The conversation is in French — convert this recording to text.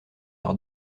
par